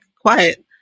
quiet